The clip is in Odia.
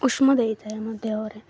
ଉଷ୍ମ ଦେଇଥାଏ ଆମ ଦେହରେ